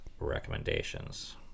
recommendations